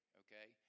okay